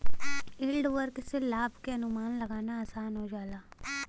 yield curve से लाभ क अनुमान लगाना आसान हो जाला